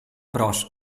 bros